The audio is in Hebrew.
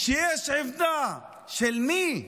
שיש עמדה, של מי?